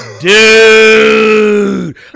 Dude